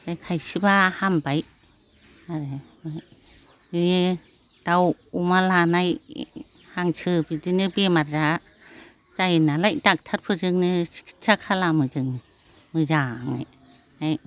खायसेबा हामबाय बे दाउ अमा लानाय हांसो बिदिनो बेमार जायो नालाय दक्टरफोरजोंनो सिखिथ्सा खालामो जों मोजांयै